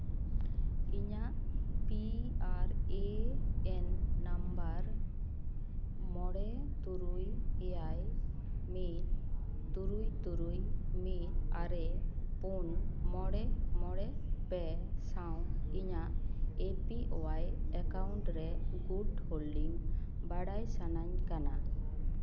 ᱤᱧᱟᱹᱜ P R A N number ᱢᱚᱬᱮ ᱛᱩᱨᱩᱭ ᱮᱭᱟᱭ ᱢᱤᱫ ᱛᱩᱨᱩᱭ ᱛᱩᱨᱩᱭ ᱢᱤᱫ ᱟᱨᱮ ᱯᱩᱱ ᱢᱚᱬᱮ ᱢᱚᱬᱮ ᱯᱮ ᱥᱟᱶ ᱤᱧᱟᱹᱜ ᱮ ᱯᱤ ᱚᱣᱟᱭ ᱮᱠᱟᱣᱩᱱᱴ ᱨᱮ ᱜᱩᱰ ᱦᱳᱞᱰᱤᱝ ᱵᱟᱲᱟᱭ ᱥᱟᱱᱟᱧ ᱠᱟᱱᱟ